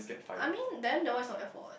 I mean then that one is not their fault what